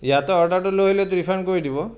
ইয়াতে অৰ্ডাৰটো লৈ আহিলে ৰিফাণ্ড কৰি দিব আপুনি